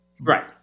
Right